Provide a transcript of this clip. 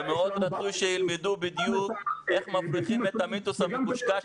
מאוד רצוי שילמדו בדיוק איך --- את המיתוס המטושטש